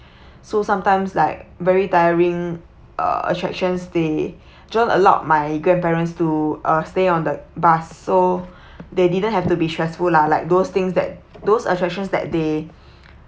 so sometimes like very tiring ugh attractions they john allowed my grandparents to uh stay on the bus so they didn't have to be stressful lah like those things that those attractions that they